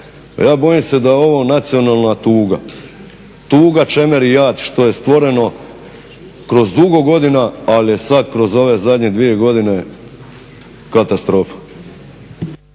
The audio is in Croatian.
ja bojim se da je ovo nacionalna tuga, tuga, čemer i jad što je stvoreno kroz dugo godina ali je sada kroz ove zadnje dvije godine katastrofa.